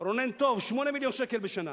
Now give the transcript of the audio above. רונן טוב, 8 מיליון שקל בשנה.